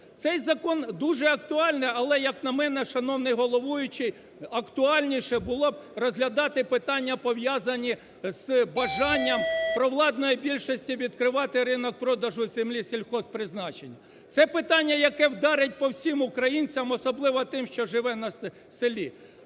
Цей закон дуже актуальний, але як на мене, шановний головуючий, актуальніше було б розглядати питання, пов'язані з бажанням провладної більшості відкривати ринок продажу землі сільгосппризначення. Це питання, яке вдарить по всім українцям, особливо тим, що живуть на селі.